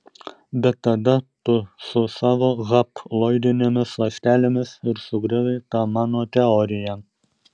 bet tada tu su savo haploidinėmis ląstelėmis ir sugriovei tą mano teoriją